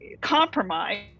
compromise